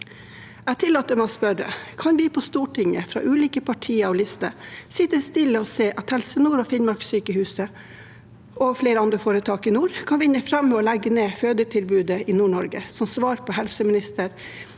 Jeg tillater meg å spørre: Kan vi på Stortinget, fra ulike partier og lister, sitte stille og se på at Helse Nord, Finnmarkssykehuset og flere andre foretak i nord vinner fram med å legge ned fødetilbudet i Nord-Norge, som svar på helseminister